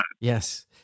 Yes